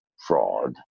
fraud